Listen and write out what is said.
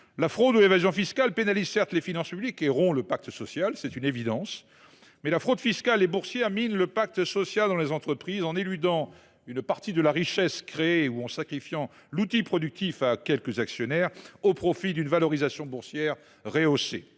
La fraude et l’évasion fiscales pénalisent certes les finances publiques et rompent le pacte social, c’est une évidence, mais la fraude fiscale et boursière mine aussi le pacte social dans les entreprises en éludant une partie de la richesse créée ou en sacrifiant l’outil productif à quelques actionnaires au profit d’une valorisation boursière rehaussée.